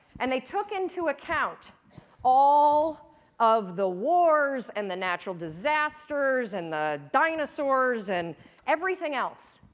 and they took into account all of the wars, and the natural disasters, and the dinosaurs, and everything else.